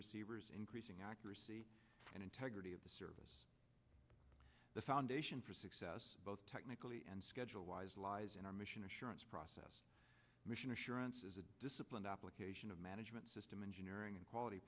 receivers increasing accuracy and integrity of the service the foundation for success both technically and schedule wise lies in our mission assurance process mission assurance is a disciplined application of management system engineering and quality